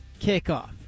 kickoff